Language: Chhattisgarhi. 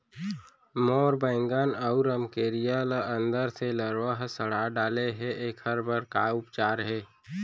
मोर बैगन अऊ रमकेरिया ल अंदर से लरवा ह सड़ा डाले हे, एखर बर का उपचार हे?